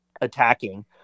attacking